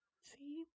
see